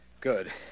Good